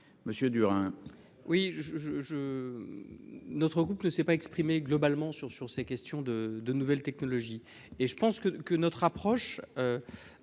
Monsieur Durain,